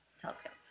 telescope